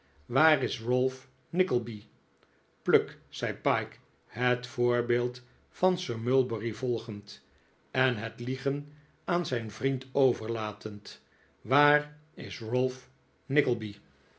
waar is ralph nickleby pluck zei pyke het voorbeeld van sir mulberry volgend en het liegen aan zijn vriend overlatend waar is